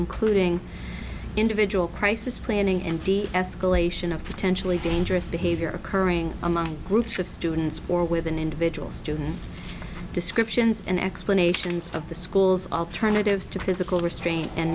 including individual crisis planning and escalation of potentially dangerous behavior occurring among groups of students or with an individual student descriptions and explanations of the school's alternatives to physical restraint and